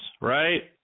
right